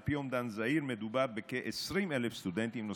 על פי אומדן זהיר מדובר בכ-20,000 סטודנטים נוספים.